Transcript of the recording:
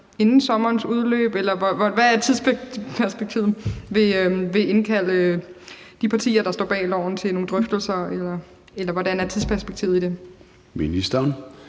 inden sommerens udløb vil indkalde de partier, der står bag loven, til nogle drøftelser, eller hvad er tidsperspektivet i det? Kl.